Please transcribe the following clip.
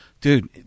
dude